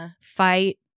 fight